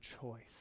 choice